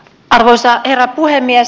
arvoisa herra puhemies